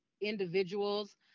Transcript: individuals